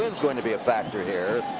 wind's going to be a factor here.